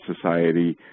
society